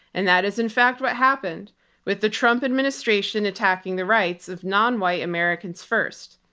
and that is in fact what happened with the trump administration attacking the rights of non-white americans first.